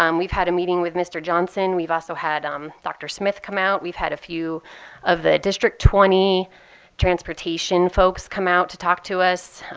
um we've had a meeting with mr. johnson. we've also had um dr. smith come out. we've had a few of the district twenty transportation folks come out to talk to us.